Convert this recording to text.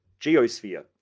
geosphere